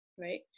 right